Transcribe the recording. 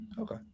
Okay